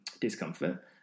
discomfort